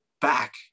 back